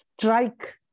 strike